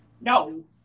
No